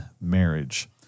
marriage